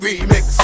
Remix